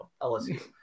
LSU